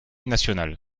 nationale